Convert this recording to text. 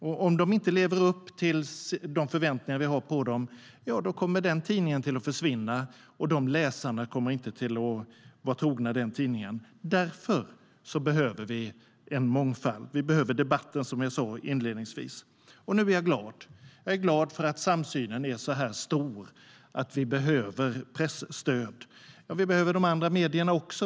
Om en tidning inte lever upp till de förväntningar vi har på den kommer den tidningen att försvinna, och läsarna kommer inte att vara den tidningen trogna. Därför behöver vi en mångfald. Vi behöver debatten, som jag sa inledningsvis. Nu är jag glad. Jag är glad för att samsynen är så stor om att ett presstöd behövs. Vi behöver de andra medierna också.